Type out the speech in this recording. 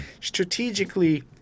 strategically